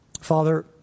Father